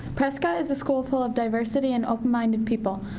prescott is a school full of diversity and open-minded people.